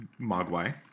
mogwai